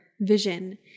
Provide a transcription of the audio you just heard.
vision